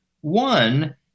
One